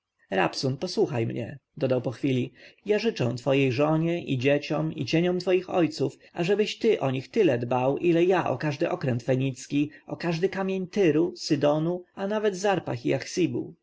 rabsun posłuchaj mnie dodał po chwili ja życzę twojej żonie i dzieciom i cieniom twoich ojców ażebyś ty o nich tyle dbał ile ja o każdy okręt fenicki o każdy kamień tyru sydonu a nawet zarpath i